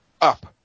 Up